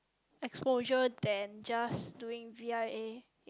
exposure than just doing V_I_A